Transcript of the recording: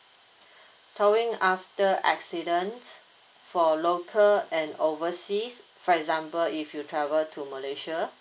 towing after accidents for local and overseas for example if you travel to malaysia